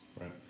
Right